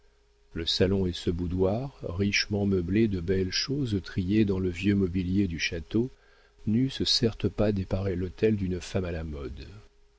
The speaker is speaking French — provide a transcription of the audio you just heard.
le salon et ce boudoir richement meublés de belles choses triées dans le vieux mobilier du château n'eussent certes pas déparé l'hôtel d'une femme à la mode